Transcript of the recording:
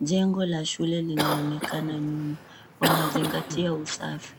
Jengo la shule linaonekana nyuma. Wanazingatia usafi.